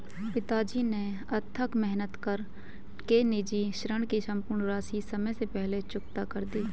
पिताजी ने अथक मेहनत कर के निजी ऋण की सम्पूर्ण राशि समय से पहले चुकता कर दी